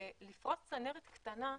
לפרוס צנרת קטנה,